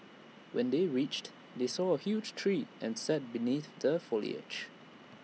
when they reached they saw A huge tree and sat beneath the foliage